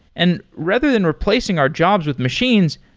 and rather than replacing our jobs with machines,